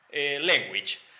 language